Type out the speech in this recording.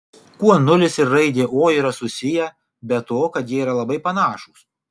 kuo nulis ir raidė o yra susiję be to kad jie yra labai panašūs